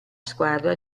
squadra